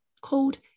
called